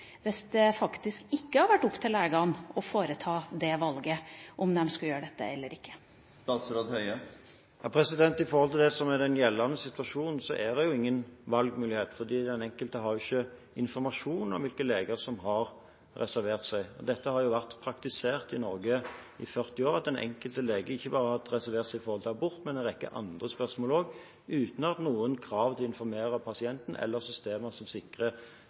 hvis det faktisk ikke hadde vært opp til legene å foreta det valget – om de skal gjøre dette eller ikke? I den gjeldende situasjonen er det jo ingen valgmulighet, fordi den enkelte ikke har informasjon om hvilke leger som har reservert seg. Dette har vært praktisert i Norge i 40 år. Den enkelte lege har ikke bare kunnet reservere seg når det gjelder abort, men i en rekke andre spørsmål også, uten krav om å informere pasienten eller systemer som sikrer